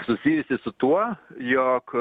susijusi su tuo jog